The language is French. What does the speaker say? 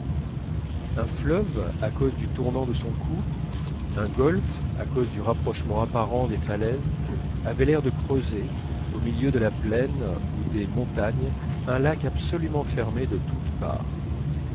un fleuve à cause du tournant de son cours un golfe à cause du rapprochement apparent des falaises avaient l'air de creuser au milieu de la plaine ou des montagnes un lac absolument fermé de toutes parts